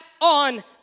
on